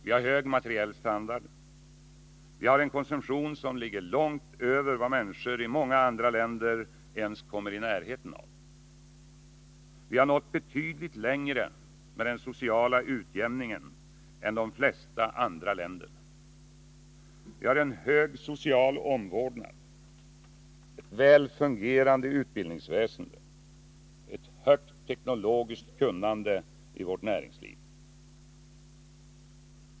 Vi har en hög materiell standard och en konsumtion som ligger långt över vad människor i många andra länder ens kommer i närheten av. Vi har nått betydligt längre med den sociala utjämningen än de flesta andra länder. Vi har en god social omvårdnad, ett väl fungerande utbildningsväsende och ett högt teknologiskt kunnande i vårt näringsliv.